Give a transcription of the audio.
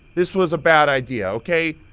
this was a bad idea, ok?